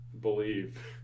believe